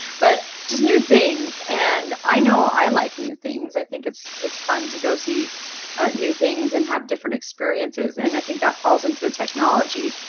but just new things. and i know i like new things. i think it's it's fun to go see ah new things and have different experiences and i think that falls into the technology,